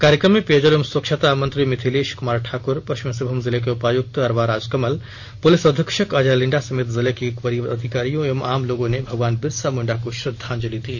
कार्यक्रम में पेयजल एवं स्वच्छता मंत्री मिथिलेश कमार ठाकर पश्चिमी सिंहभुम जिले के उपायुक्त अरवा राजकमल पुलिस अधीक्षक अजय लिंडा समेत जिले के वरीय अधिकारियों एवं आम लोगों ने भगवान बिरसा मुंडा को श्रद्धांजलि दी